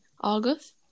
August